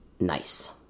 Nice